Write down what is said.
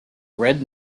red